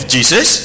Jesus